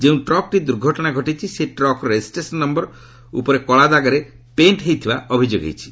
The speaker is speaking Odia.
ଯେଉଁ ଟ୍ରକ୍ଟି ଦୂର୍ଘଟଣା ଘଟାଇଛି ସେହି ଟ୍ରକ୍ର ରେଜିଷ୍ଟ୍ରେସନ୍ ନୟର ଉପରେ କଳାଦାଗରେ ପେଣ୍ଟ ହୋଇଥିବା ଅଭିଯୋଗ ହୋଇଛି